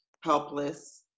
helpless